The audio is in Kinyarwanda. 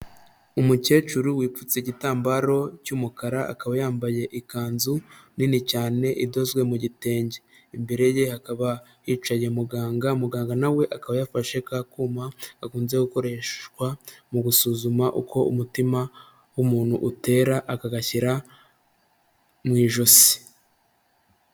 Umukecuru wipfutse igitambaro cy'umukara, akaba yambaye ikanzu nini cyane, idozwe mu gitenge, imbere ye hakaba hicaye muganga; muganga na we akaba yafashe ka kuma, gakunze gukoreshwa mu gusuzuma uko umutima w'umuntu utera; akagashyira mu ijosi.